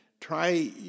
Try